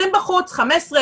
20 בחוץ ו-15.